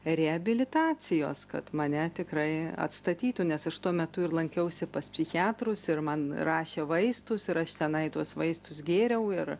reabilitacijos kad mane tikrai atstatytų nes aš tuo metu ir lankiausi pas psichiatrus ir man rašė vaistus ir aš tenai tuos vaistus gėriau ir